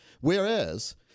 Whereas